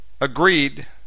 agreed